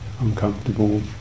uncomfortable